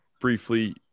briefly